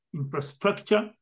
infrastructure